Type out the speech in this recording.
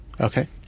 Okay